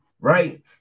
right